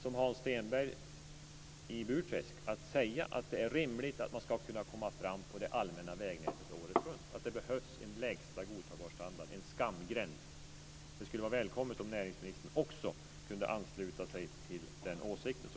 Det skulle vara välkommet om också näringsministern kunde ansluta sig till den åsikten.